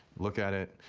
look at it,